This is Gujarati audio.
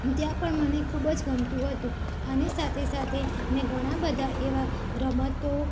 ત્યાં પણ મને ખૂબ જ ગમતું હતું અને સાથે સાથે મેં ઘણા બધા એવા રમતો